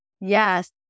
yes